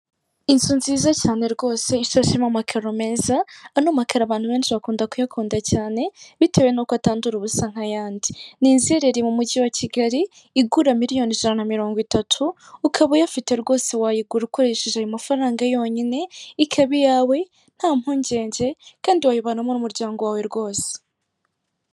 Inzu nziza cyane rwose ishashemo amakaro meza ano makaro abantu benshi bakunda kuyakunda cyane bitewe n'uko atandura ubusa nk'ayandi, ni inzu iri mu mujyi wa Kigali igura miliyoni ijana na mirongo itatu ukaba uyafite rwose wayigura ukoresheje ayo mafaranga yonyine ikaba iyawe nta mpungenge kandi wayibanamo n'umuryango wawe rwose.